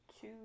Two